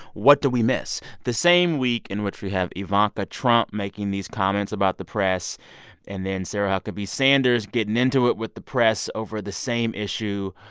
what do we miss? the same week in which we have ivanka trump making these comments about the press and then sarah huckabee sanders getting into it with the press over the same issue,